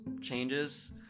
changes